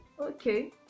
okay